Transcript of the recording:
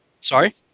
sorry